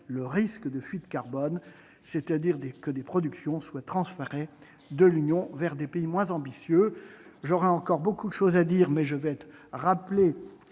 le risque de fuite de carbone, c'est-à-dire la possibilité que des productions soient transférées de l'Union vers des pays moins ambitieux. J'aurais encore beaucoup à dire, mais je serais alors rappelé